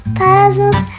puzzles